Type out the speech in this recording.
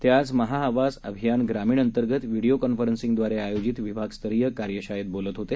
ते आज महा आवास अभियान ग्रामीण अंतर्गत व्हीडिओ कॉन्फरन्सद्वारे आयोजित विभागस्तरीय कार्यशाळेत बोलत होते